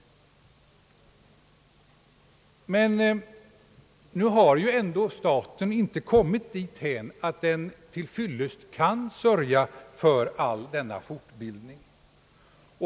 Men nu har ju ändå staten inte kommit dithän, att den kan till fyllest sörja för all denna fortbildning.